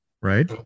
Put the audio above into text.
right